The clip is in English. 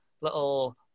little